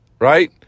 right